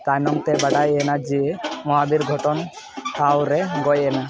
ᱛᱟᱭᱱᱚᱢᱛᱮ ᱵᱟᱰᱟᱭ ᱮᱱᱟ ᱡᱮ ᱢᱚᱦᱟᱵᱤᱨ ᱜᱷᱚᱴᱚᱱ ᱴᱷᱟᱶ ᱨᱮ ᱜᱚᱡ ᱞᱮᱱᱟᱭ